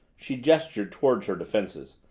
she gestured toward her defenses,